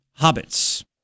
Hobbits